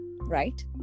right